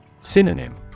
Synonym